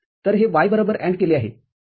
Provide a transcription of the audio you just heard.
तर हे y बरोबर AND केले आहेबरोबर